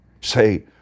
say